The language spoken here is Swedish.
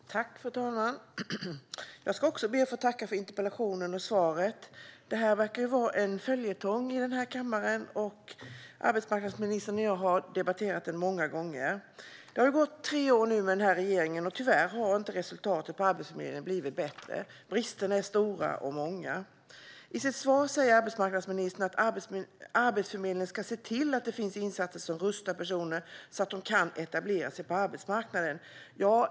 Fru talman! Jag ska också be att få tacka för interpellationen och svaret. Detta verkar vara en följetong här i kammaren; arbetsmarknadsministern och jag har debatterat det många gånger. Det har nu gått tre år med denna regering, och tyvärr har inte Arbetsförmedlingens resultat blivit bättre. Bristerna är stora och många. I sitt svar säger arbetsmarknadsministern att Arbetsförmedlingen ska se till att det finns insatser som rustar personer så att de kan etablera sig på arbetsmarknaden.